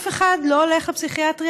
אף אחד מהם לא הולך לפסיכיאטריה.